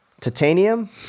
Titanium